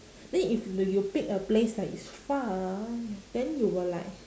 then if when you pick a place like it's far then you will like